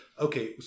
Okay